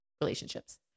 relationships